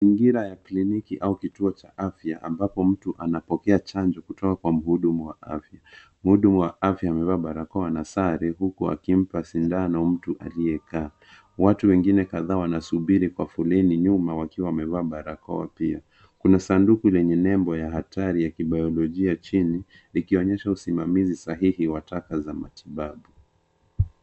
Mazingira ya kliniki au kituo cha afya ambapo mtu anapokea chanjo kutoka kwa mhudumu wa afya. Mhudumu wa afya amevaa barakoa na sare huku akimpa sindano mtu aliyekaa. Watu wengine kadhaa wanasubiri kwa foleni nyuma wakiwa wamevaa barakoa pia. Kuna sanduku lenye nembo ya hatari la kibayolojia chini likionyesha usimamizi sahihi wa taka za matibabu.